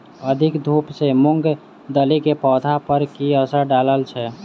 अधिक धूप सँ मूंग दालि केँ पौधा पर की असर डालय छै?